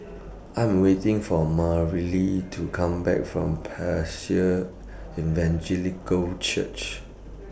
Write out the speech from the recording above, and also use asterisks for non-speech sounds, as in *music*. *noise* I'm waiting For Marely to Come Back from *unintelligible* Evangelical Church